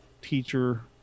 teacher